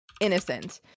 innocent